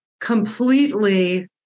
completely